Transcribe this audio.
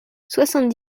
soixante